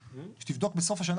כשתבדוק בסוף השנה,